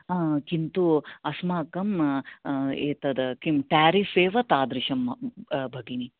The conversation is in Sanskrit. किन्तु अस्माकं एतत् किं टेरिफेव तादृशं भगिनी